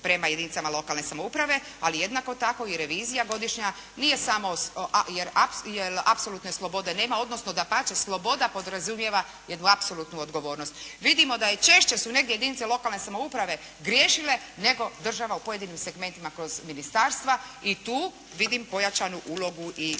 prema jedinicama lokalne samouprave. Ali jednako tako i revizija godišnja nije samo, jer apsolutne slobode nema, dapače sloboda podrazumijeva jednu apsolutnu odgovornost. Vidimo da i češće su negdje jedinice lokalne samouprave griješile nego država u pojedinim segmentima kroz ministarstva. I tu vidim pojačanu ulogu i